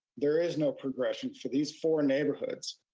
there is no progression for these four neighborhoods.